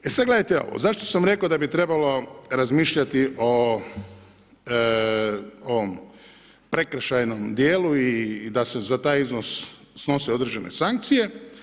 E sada gledajte ovo zašto sam rekao da bi trebalo razmišljati o ovom prekršajnom dijelu i da se za taj iznos snose određene sankcije.